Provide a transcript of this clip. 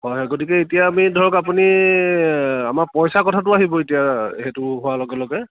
হয় হয় গতিকে এতিয়া আমি ধৰক আপুনি আমাৰ পইচা কথাটো আহিব এতিয়া সেইটো হোৱাৰ লগে লগে